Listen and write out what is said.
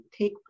take